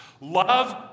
love